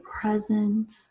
present